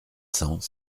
cents